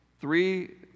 Three